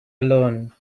alone